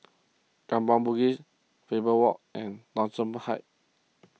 Kampong Bugis Faber Walk and Thomson Heights